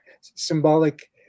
symbolic